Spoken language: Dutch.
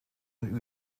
een